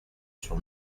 sur